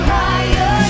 higher